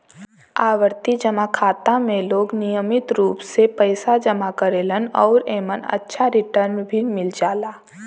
आवर्ती जमा खाता में लोग नियमित रूप से पइसा जमा करेलन आउर एमन अच्छा रिटर्न भी मिल जाला